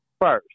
first